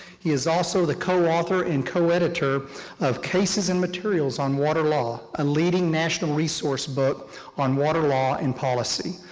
he is also the co-author and co-editor of cases and materials on water law, a leading national resource book on water law and policy.